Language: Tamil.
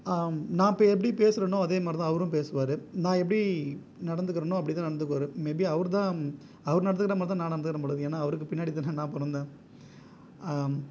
நான் இப்போ எப்படி பேசுகிறனோ அதே மாதிரி தான் அவரும் பேசுவார் நான் எப்படி நடந்துக்கிறனோ அப்படி தான் நடந்துக்குவாரு மேபி அவர் தான் அவர் நடந்துக்கிற மாதிரி தான் நான் நடந்துக்கிறேன் போலருக்கு ஏன்னால் அவருக்கு பின்னாடி தானே நான் பிறந்தேன்